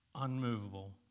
unmovable